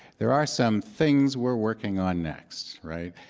there are some things we're working on next, right?